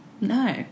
No